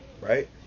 right